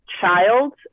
child